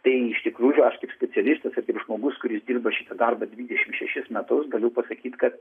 tai iš tikrųjų aš kaip specialistas ir kaip žmogus kuris dirba šitą darbą dvidešimt šešis metus galiu pasakyt kad